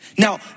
Now